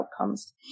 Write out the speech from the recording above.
outcomes